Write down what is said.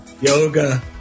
yoga